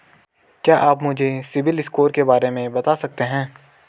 क्या आप मुझे सिबिल स्कोर के बारे में बता सकते हैं?